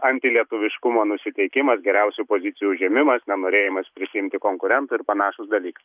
antilietuviškumo nusiteikimas geriausių pozicijų užėmimas nenorėjimas prisiimti konkurentų ir panašūs dalykai